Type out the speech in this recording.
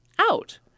out